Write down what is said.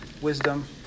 wisdom